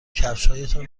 کفشهایتان